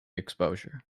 exposure